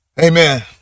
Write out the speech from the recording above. Amen